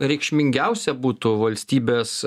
reikšmingiausia būtų valstybės